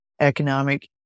economic